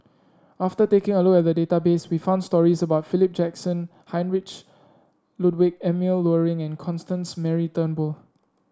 after taking a look at the database we found stories about Philip Jackson Heinrich Ludwig Emil Luering and Constance Mary Turnbull